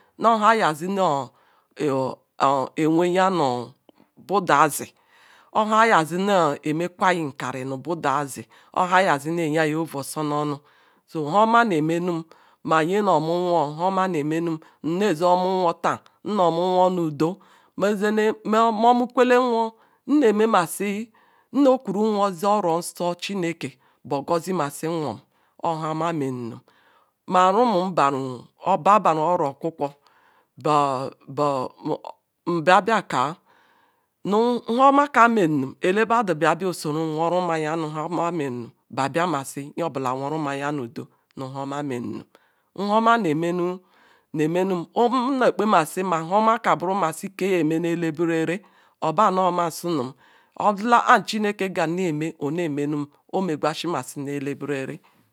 nuoha azi ne wehea na badu ozi ohayezi nkari nu budu azi. ohayezimyeam ovasononu nhoma nemenum ma nyenomu nwo nnezzomunwota nromu nwo nu udo momukerc ewo nnokwuru ze oronso chinke borgozimat nhom oha ome menum ma remum baru oro okwukwo mbiabeka nu humo ka mznum elebeda zoeum bia woeumaya nu homa menum babia mazi worumeya hu ado nu horra menum nhaoma nu merum mmkpeman okpeka bera mesi kebemenu elebrere o manu omanusurum ozicaam chimdie garu memenum onegwashimasi zhendeberere.